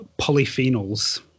polyphenols